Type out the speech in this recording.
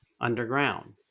underground